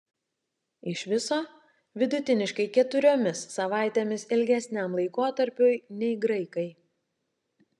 iš viso vidutiniškai keturiomis savaitėmis ilgesniam laikotarpiui nei graikai